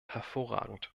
hervorragend